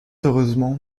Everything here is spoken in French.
heureusement